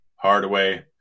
Hardaway